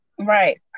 Right